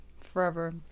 Forever